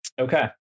Okay